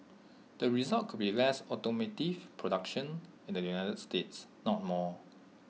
the result could be less automotive production in the united states not more